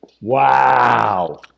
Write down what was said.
Wow